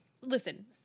listen